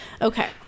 Okay